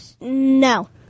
No